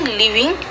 living